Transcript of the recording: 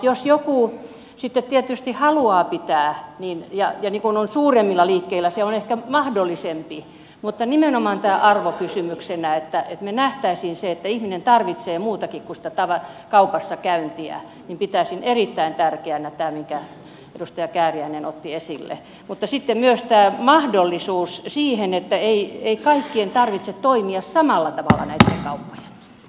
jos joku sitten tietysti haluaa pitää ja niin kuin noin suuremmilla liikkeillä se on ehkä mahdollisempaa mutta nimenomaan arvokysymyksenä että me näkisimme sen että ihminen tarvitsee muutakin kuin sitä kaupassa käyntiä niin että pitäisin erittäin tärkeänä tämän minkä edustaja kääriäinen otti esille mutta sitten myös tämä mahdollisuus siihen että ei kaikkien näitten kauppojen tarvitse toimia samalla tavalla